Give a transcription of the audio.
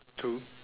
two